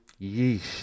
yeesh